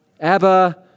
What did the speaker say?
Abba